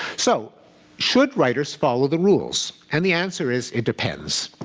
so should writers follow the rules and the answer is, it depends.